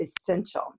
essential